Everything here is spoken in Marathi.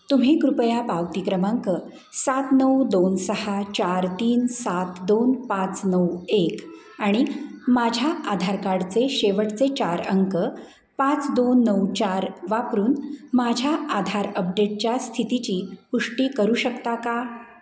तुम्ही कृपया पावती क्रमांक सात नऊ दोन सहा चार तीन सात दोन पाच नऊ एक आणि माझ्या आधार कार्डचे शेवटचे चार अंक पाच दोन नऊ चार वापरून माझ्या आधार अपडेटच्या स्थितीची पुष्टी करू शकता का